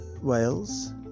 Wales